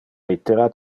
littera